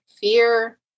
fear